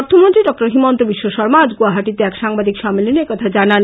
অর্থমন্ত্রী ডঃ হিমন্তবিশ্ব শর্মা আজ গৌহাটীতে এক সাংবাদিক সম্মেলন একথা জানান